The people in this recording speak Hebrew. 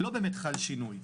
לא באמת חל שינוי.